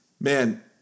Man